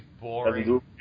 boring